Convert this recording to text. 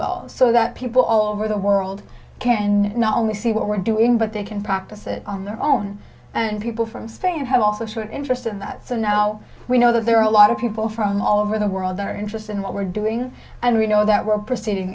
well so that people all over the world can not only see what we're doing but they can practice it on their own and people from spain have also shown interest in that so now we know that there are a lot of people from all over the world are interested in what we're doing and we know that we're proceeding